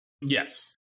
Yes